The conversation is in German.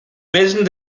messen